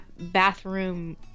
bathroom